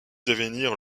devenir